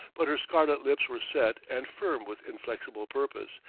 but her scarlet lips were set and firm with inflexible purpose,